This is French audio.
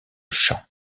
chant